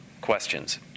questions